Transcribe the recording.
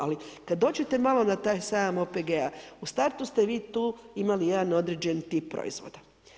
Ali, kad dođete malo na taj sajam OPG-a, u startu ste vi tu imali jedan određeni tip proizvoda.